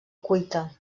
cuita